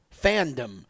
fandom